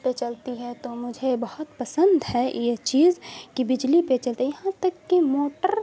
پہ چلتی ہے تو مجھے بہت پسند ہے یہ چیز کہ بجلی پہ چلتے یہاں تک کہ موٹر